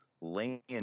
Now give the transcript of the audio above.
laying